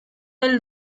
del